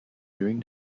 during